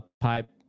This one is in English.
pipe